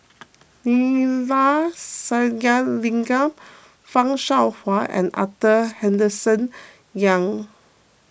Neila Sathyalingam Fan Shao Hua and Arthur Henderson Young